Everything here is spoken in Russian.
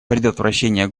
предотвращение